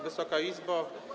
Wysoka Izbo!